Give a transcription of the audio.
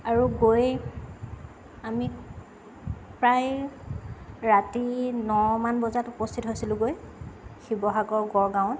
আৰু গৈয়ে আমি প্ৰায় ৰাতি ন মান বজাত উপস্থিত হৈছিলোঁগৈ শিৱসাগৰৰ গড়গাঁৱত